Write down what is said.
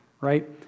Right